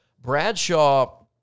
Bradshaw